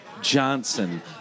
Johnson